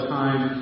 time